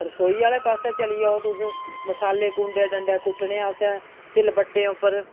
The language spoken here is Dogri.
रसोई आह्लै पास्सै चली जाओ तुस मसाले कुंडे डंडे कन्नै कुट्टने असें सिलबट्टें उप्पर